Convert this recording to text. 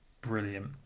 Brilliant